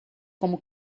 como